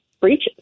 breaches